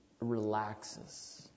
relaxes